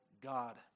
God